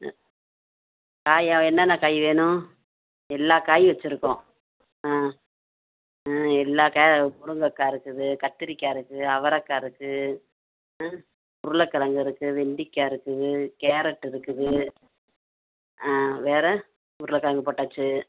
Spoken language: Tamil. ம் காயா என்னென்ன காய் வேணும் எல்லா காயும் வச்சுருக்கோம் ஆ ம் எல்லா காய் முருங்கைக்கா இருக்குது கத்திரிக்காய் இருக்குது அவரைக்கா இருக்குது ம் உருளைக் கெழங்கு இருக்குது வெண்டைக்கா இருக்குது கேரட்டு இருக்குது ஆ வேறு உருளைக் கெழங்கு போட்டாச்சு